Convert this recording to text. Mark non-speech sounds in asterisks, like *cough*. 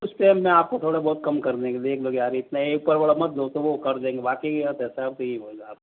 उस टाइम में आपकों थोड़ा बहुत कम कर देंगे देख लो कि यार इतना एक तो आप *unintelligible* दोस्तों को कर देंगे बाकि आप ऐसा भी बोलो आप